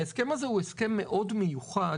ההסכם הזה הוא הסכם מאוד מיוחד,